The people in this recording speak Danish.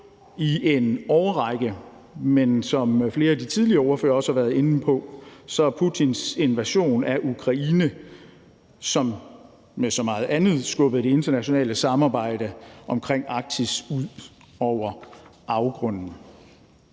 i en årrække, men som flere af de tidligere ordførere også har været inde på, har Putins invasion af Ukraine som med så meget andet skubbet det internationale samarbejde omkring Arktis ud over afgrunden.